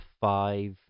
five